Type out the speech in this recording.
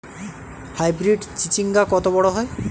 Hybrid চিচিংঙ্গা কত বড় হয়?